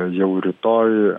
jau rytoj